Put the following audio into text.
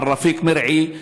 מר רפיק מרעי,